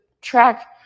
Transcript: track